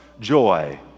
joy